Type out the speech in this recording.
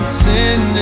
sin